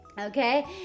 okay